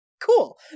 Cool